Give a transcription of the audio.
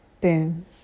boom